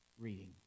Reading